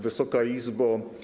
Wysoka Izbo!